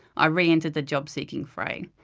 i re-entered the job-seeking fray.